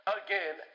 again